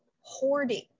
hoarding